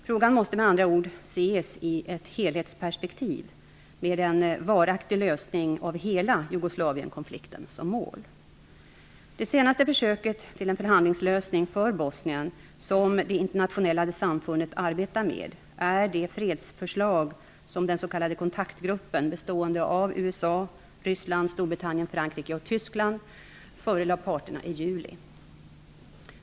Frågan måste med andra ord ses i ett helhetsperspektiv med en varaktig lösning av hela Jugoslavienkonflikten som mål. Det senaste försöket till en förhandlingslösning för Bosnien som det internationella samfundet arbetar med är det fredsförslag som den s.k. kontaktgruppen bestående av USA, Ryssland, Storbritannien, Frankrike och Tyskland förelade parterna i juli.